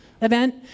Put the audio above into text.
event